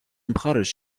მხარეს